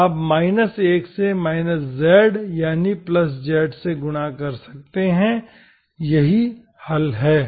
आप 1 से z यानी z से गुणा कर सकते हैं यही हल है